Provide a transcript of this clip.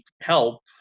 help